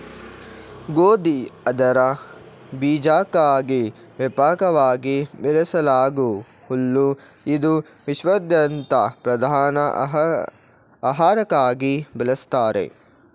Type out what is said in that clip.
ಗೋಧಿ ಅದರ ಬೀಜಕ್ಕಾಗಿ ವ್ಯಾಪಕವಾಗಿ ಬೆಳೆಸಲಾಗೂ ಹುಲ್ಲು ಇದು ವಿಶ್ವಾದ್ಯಂತ ಪ್ರಧಾನ ಆಹಾರಕ್ಕಾಗಿ ಬಳಸ್ತಾರೆ